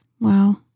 Wow